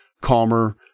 calmer